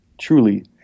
truly